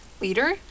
leader